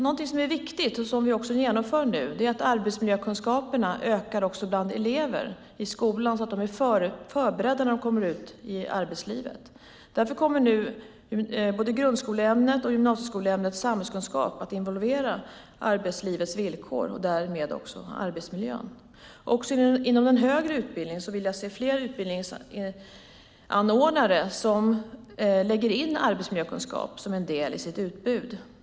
Något som är viktigt, och som vi också genomför nu, är att se till att arbetsmiljökunskaperna ökar också bland elever i skolan så att de är förberedda när de kommer ut i arbetslivet. Därför kommer nu både grundskoleämnet och gymnasieskolämnet samhällskunskap att involvera arbetslivets villkor och därmed också arbetsmiljön. Också inom den högre utbildningen vill jag se fler utbildningsanordnare som lägger in arbetsmiljökunskap som en del i sitt utbud.